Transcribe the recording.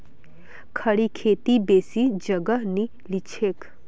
खड़ी खेती बेसी जगह नी लिछेक